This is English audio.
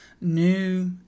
new